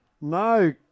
No